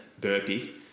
burpee